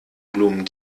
blumen